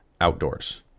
outdoors